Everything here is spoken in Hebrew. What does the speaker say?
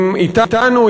אתנו,